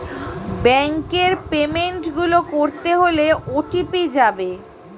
ব্যাংকের পেমেন্ট গুলো করতে হলে ও.টি.পি যাবে